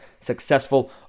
Successful